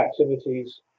activities